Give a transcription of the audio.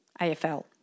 AFL